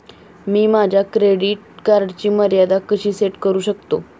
मी माझ्या क्रेडिट कार्डची मर्यादा कशी सेट करू शकतो?